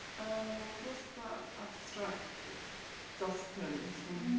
well, we've lost that abstract dust print, this one